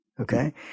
Okay